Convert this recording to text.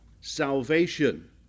salvation